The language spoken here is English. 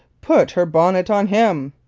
put her bonnet on him!